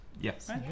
Yes